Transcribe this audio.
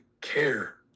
care